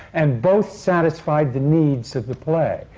and both satisfied the needs of the play.